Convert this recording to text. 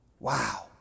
Wow